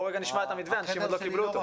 נשמע את המתווה שאנשים עוד לא קיבלו אותו.